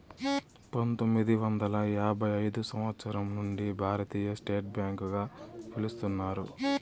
పంతొమ్మిది వందల యాభై ఐదు సంవచ్చరం నుండి భారతీయ స్టేట్ బ్యాంక్ గా పిలుత్తున్నారు